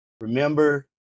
Remember